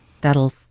That'll